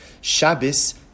Shabbos